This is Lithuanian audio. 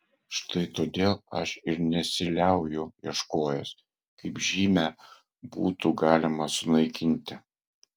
štai todėl aš ir nesiliauju ieškojęs kaip žymę būtų galima sunaikinti